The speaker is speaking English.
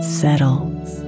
settles